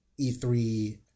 E3